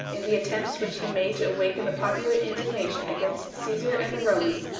in the attempts which he made to awaken the popular indignation against caesar and the romans,